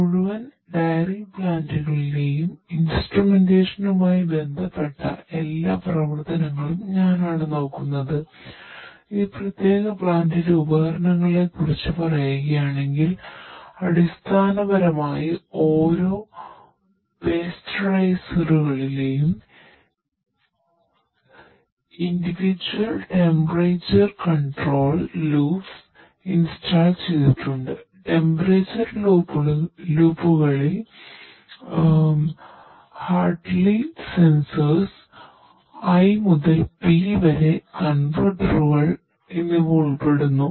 മുഴുവൻ ഡയറി പ്ലാന്റുകളിലെയും ഇൻസ്ട്രുമെന്റേഷനുമായി പ്രവർത്തിക്കുകയും ചെയ്യുന്നു